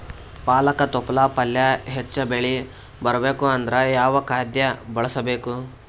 ಪಾಲಕ ತೊಪಲ ಪಲ್ಯ ಹೆಚ್ಚ ಬೆಳಿ ಬರಬೇಕು ಅಂದರ ಯಾವ ಖಾದ್ಯ ಬಳಸಬೇಕು?